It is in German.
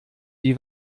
wie